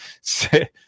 say